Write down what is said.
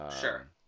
Sure